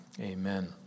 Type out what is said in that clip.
amen